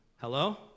hello